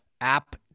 app